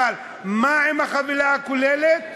אבל מה עם החבילה הכוללת?